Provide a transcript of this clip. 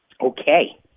Okay